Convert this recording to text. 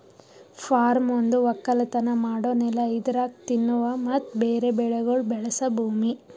form ಒಂದು ಒಕ್ಕಲತನ ಮಾಡೋ ನೆಲ ಇದರಾಗ್ ತಿನ್ನುವ ಮತ್ತ ಬೇರೆ ಬೆಳಿಗೊಳ್ ಬೆಳಸ ಭೂಮಿ